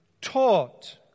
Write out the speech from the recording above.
taught